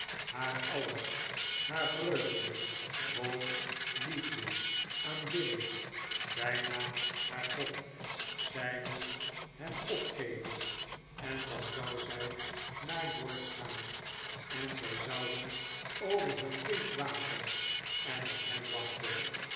haar alles haar vreugde hoop liefde aanbidding bijna haar god zij moest hem opgeven en dan zou zij naar george gaan en zij zouden over hun kind waken en op hem wachten